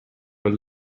are